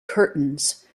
curtains